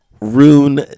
rune